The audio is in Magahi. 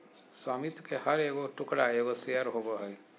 स्वामित्व के हर एगो टुकड़ा एगो शेयर होबो हइ